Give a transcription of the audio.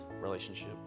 relationship